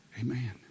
Amen